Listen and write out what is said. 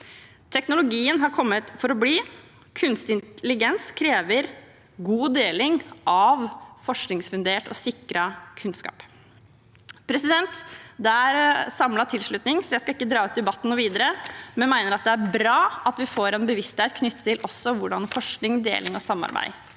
Teknologien har kommet for å bli. Kunstig intelligens krever god deling av forskningsfundert og sikret kunnskap. Det er samlet tilslutning, så jeg skal ikke dra ut debatten videre, men jeg mener det er bra at vi får en bevissthet også knyttet til hvordan forskning, deling og samarbeid